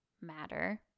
matter